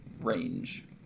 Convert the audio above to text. range